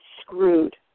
screwed